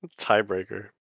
Tiebreaker